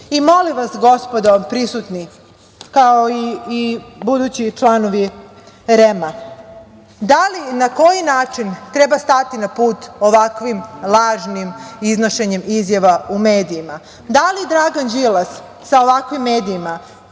vas, gospodo prisutni, kao i budući članovi REM-a, da li i na koji način treba stati na put ovakvim lažnim iznošenjem izjava u medijima? Da li Dragan Đilas sa ovakvim medijima